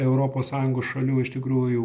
europos sąjungos šalių iš tikrųjų